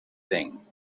thing